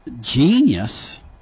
genius